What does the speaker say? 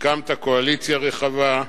הקמת קואליציה רחבה,